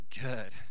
good